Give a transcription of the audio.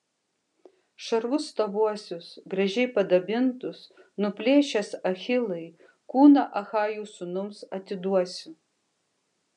šarvus tavuosius gražiai padabintus nuplėšęs achilai kūną achajų sūnums atiduosiu